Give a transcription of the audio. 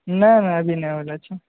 नहि नहि अभी नहि होइ बला छै